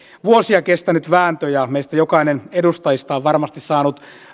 vuosia kestänyt vääntö ja jokainen meistä edustajista on varmasti saanut